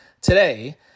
today